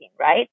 right